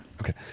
Okay